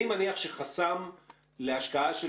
אני מניח שחסם להשקיע של,